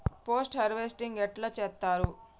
Post harvesting ఎట్ల చేత్తరు?